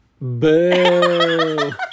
Boo